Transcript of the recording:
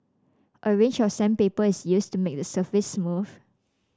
a range of sandpaper is used to make the surface smooth